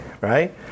right